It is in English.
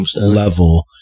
level